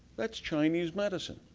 that's chinese medicine.